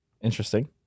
Interesting